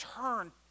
turn